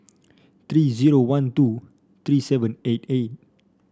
three zero one two three seven eight eight